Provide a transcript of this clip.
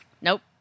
Nope